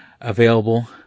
available